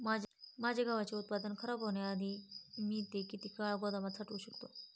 माझे गव्हाचे उत्पादन खराब होण्याआधी मी ते किती काळ गोदामात साठवू शकतो?